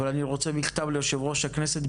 אבל אני רוצה מכתב ליושב ראש הכנסת,